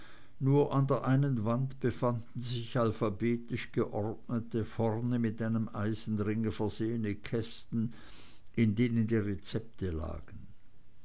nur an der einen wand befanden sich alphabetisch geordnete vorn mit einem eisenringe versehene kästen in denen die rezepte lagen